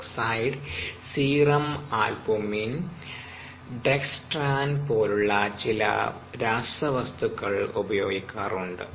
O serum ആൽബുമിനോ ഡെക്സ്ട്രാനോ പോലുള്ള ചില രാസവസ്തുക്കൾ ഉപയോഗിക്കാറുണ്ട്